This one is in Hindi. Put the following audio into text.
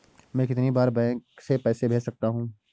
मैं कितनी बार बैंक से पैसे भेज सकता हूँ?